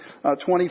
twenty